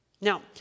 Now